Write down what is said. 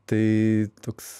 tai toks